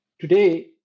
today